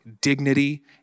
dignity